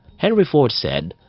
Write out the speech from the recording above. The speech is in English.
henry ford said,